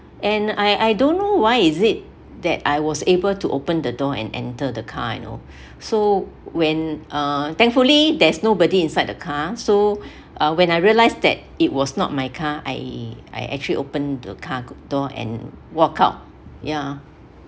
and I I don't know why is it that I was able to open the door and enter the car you know so when uh thankfully there's nobody inside the car so uh when I realised that it was not my car I I actually open the car door and walk out ya